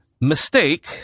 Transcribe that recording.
mistake